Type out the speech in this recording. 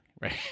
Right